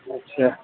اچھا